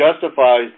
justifies